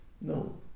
No